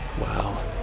Wow